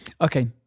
Okay